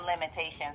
limitations